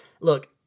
look